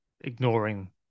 ignoring